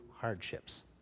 hardships